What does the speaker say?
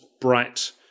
bright